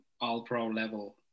all-pro-level